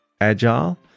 agile